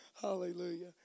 Hallelujah